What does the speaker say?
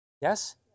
Yes